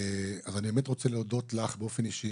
אני באמת רוצה להודות לך באופן אישי